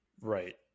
Right